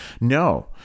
no